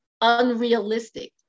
unrealistic